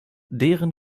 deren